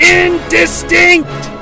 indistinct